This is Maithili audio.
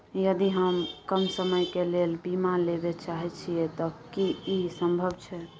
यदि हम कम समय के लेल बीमा लेबे चाहे छिये त की इ संभव छै?